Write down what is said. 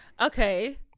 okay